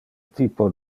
typo